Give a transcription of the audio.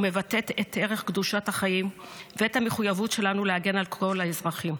ומבטאת את ערך קדושת החיים ואת המחויבות שלנו להגן על כל האזרחים.